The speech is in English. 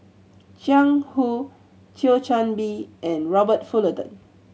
Jiang Hu Thio Chan Bee and Robert Fullerton